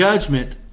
judgment